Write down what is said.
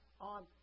on